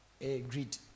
agreed